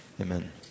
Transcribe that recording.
amen